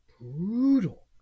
brutal